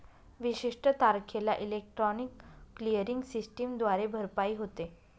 विशिष्ट तारखेला electronic clearing सिस्टमद्वारे भरपाई होते